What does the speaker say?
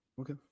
Okay